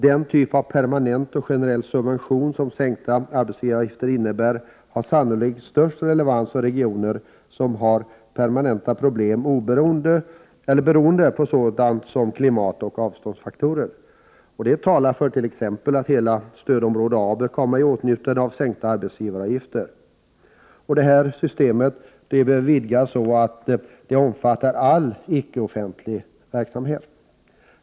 Den typ av permanent och generell subvention som sänkta arbetsgivaravgifter innebär har sannolikt störst relevans för regioner som har permanenta problem beroende på sådant som klimatoch avståndsfaktorer. Detta talar för att hela stödområde A bör komma i åtnjutande av sänkta arbetsgivaravgifter. Systemet bör vidgas så att det omfattar all icke-offentlig verksamhet.